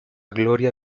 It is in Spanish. gloria